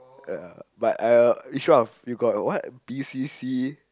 uh but uh Ishraf you got what B C C